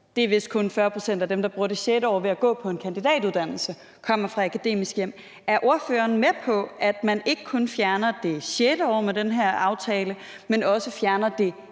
det er vist kun 40 pct. af dem, der bruger det sjette år ved at gå på en kandidatuddannelse – kommer fra akademiske hjem. Er ordføreren med på, at man ikke kun fjerner det sjette år med den her aftale, men også fjerner det